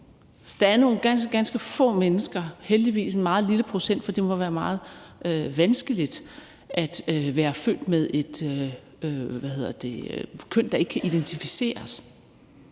Der er nogle ganske, ganske få mennesker, heldigvis en meget lille procentdel, der er født med et køn, der ikke kan identificeres,